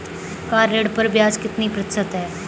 Car ऋण पर ब्याज कितने प्रतिशत है?